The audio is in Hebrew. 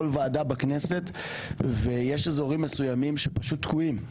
ועדה בכנסת ויש אזורים מסוימים שפשוט תקועים.